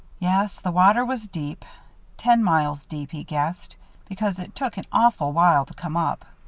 yes, the water was deep ten miles deep, he guessed because it took an awful while to come up.